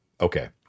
Okay